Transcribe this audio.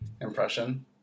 impression